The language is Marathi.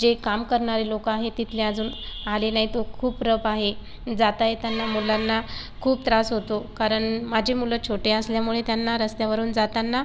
जे काम करणारे लोकं आहे तिथले अजून आले नाहीत तो खूप रप आहे जाता येताना मुलांना खूप त्रास होतो कारण माझी मुलं छोटे असल्यामुळे त्यांना रस्त्यावरून जाताना